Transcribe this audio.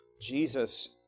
Jesus